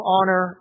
Honor